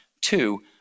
Two